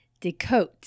decote